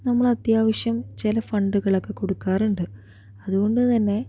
നമ്മൾ അത്യാവശ്യം ചില ഫണ്ടുകളൊക്കെ കൊടുക്കാറുണ്ട് അതുകൊണ്ട് തന്നെ